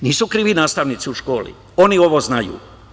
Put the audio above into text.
Nisu krivi nastavnici u školi, oni ovo znaju.